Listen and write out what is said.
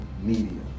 media